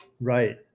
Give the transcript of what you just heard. right